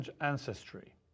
ancestry